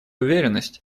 уверенность